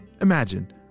Imagine